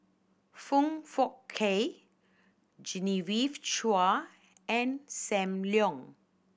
Foong Fook Kay Genevieve Chua and Sam Leong